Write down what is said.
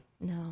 No